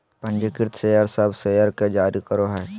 पंजीकृत शेयर सब शेयर के जारी करो हइ